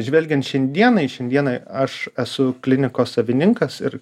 žvelgiant šiandienai šiandienai aš esu klinikos savininkas ir